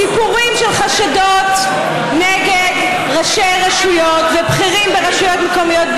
לסיפורים של חשדות נגד ראשי רשויות ובכירים ברשויות מקומיות,